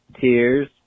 Tears